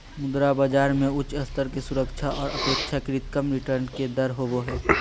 मुद्रा बाजार मे उच्च स्तर के सुरक्षा आर अपेक्षाकृत कम रिटर्न के दर होवो हय